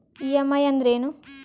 EMI ಅಂದ್ರೇನು?